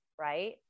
right